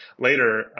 later